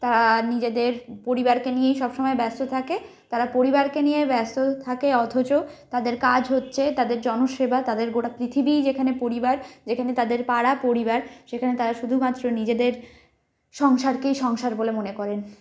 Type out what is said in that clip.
তারা নিজেদের পরিবারকে নিয়েই সব সমায় ব্যস্ত থাকে তারা পরিবারকে নিয়ে ব্যস্ত থাকে অথচ তাদের কাজ হচ্ছে তাদের জনসেবা তাদের গোটা পৃথিবীই যেখানে পরিবার যেখানে তাদের পাড়া পরিবার সেখানে তারা শুধুমাত্র নিজেদের সংসারকেই সংসার বলে মনে করেন